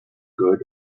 good